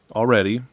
already